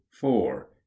Four